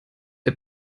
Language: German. der